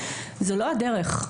זו לא הדרך,